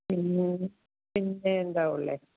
പിന്നെ പിന്നെ എന്താണ് ഉള്ളത്